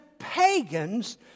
pagans